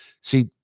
see